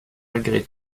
malgré